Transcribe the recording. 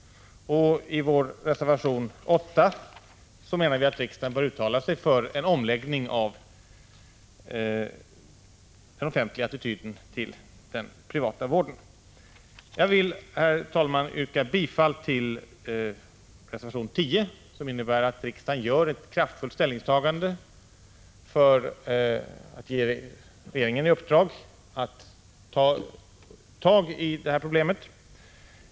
I reservation 8 säger vi att riksdagen bör uttala sig för en omläggning av den offentliga attityden till den privata vården. Herr talman! Jag yrkar bifall till reservation 10, där vi i folkpartiet hemställer att riksdagen gör ett kraftfullt ställningstagande. Riksdagen bör ge regeringen i uppdrag att ta sig an köproblemen.